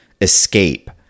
escape